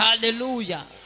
Hallelujah